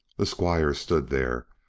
the squire stood there,